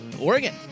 Oregon